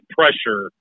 pressure